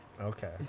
Okay